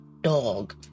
dog